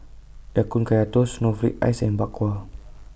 Ya Kun Kaya Toast Snowflake Ice and Bak Kwa